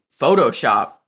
Photoshop